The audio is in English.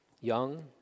Young